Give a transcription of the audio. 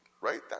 Right